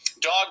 Dog